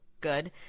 good